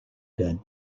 dead